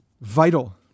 Vital